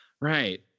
right